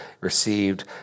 received